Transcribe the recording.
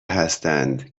هستند